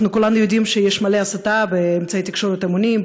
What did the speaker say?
אנחנו כולנו יודעים שיש מלא הסתה באמצעי התקשורת ההמוניים,